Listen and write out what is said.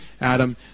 Adam